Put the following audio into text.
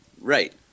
Right